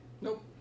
Nope